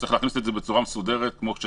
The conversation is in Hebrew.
צריך להכניס את זה בצורה מסודרת בחוק.